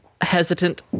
hesitant